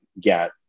get